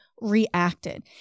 reacted